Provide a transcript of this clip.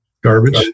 garbage